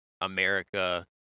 America